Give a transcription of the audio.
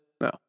No